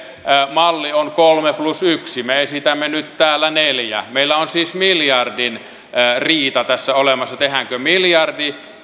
malli on kolme plus yksi me esitämme nyt täällä neljännellä meillä on siis miljardin riita tässä olemassa tehdäänkö miljardi